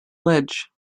ledge